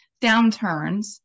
downturns